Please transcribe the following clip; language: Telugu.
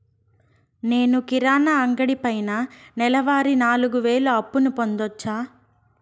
నేను కిరాణా అంగడి పైన నెలవారి నాలుగు వేలు అప్పును పొందొచ్చా?